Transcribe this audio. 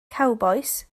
cowbois